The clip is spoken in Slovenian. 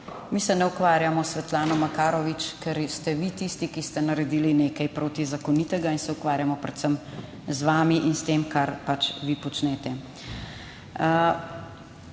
Mi se ne ukvarjamo s Svetlano Makarovič, ker ste vi tisti, ki ste naredili nekaj protizakonitega in se ukvarjamo predvsem z vami in s tem, kar pač vi počnete.